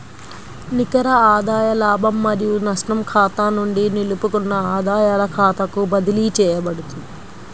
నికర ఆదాయ లాభం మరియు నష్టం ఖాతా నుండి నిలుపుకున్న ఆదాయాల ఖాతాకు బదిలీ చేయబడుతుంది